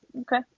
Okay